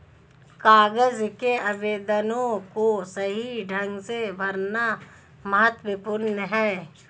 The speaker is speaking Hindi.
कागज के आवेदनों को सही ढंग से भरना महत्वपूर्ण है